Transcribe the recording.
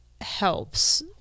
helps